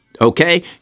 okay